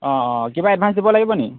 অঁ অঁ কিবা এডভাঞ্চ দিব লাগিবনি